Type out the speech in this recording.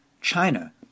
China